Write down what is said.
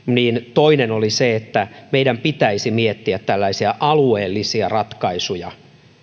toinen syy oli se että meidän pitäisi miettiä tällaisia alueellisia ratkaisuja